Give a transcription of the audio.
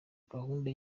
gahunda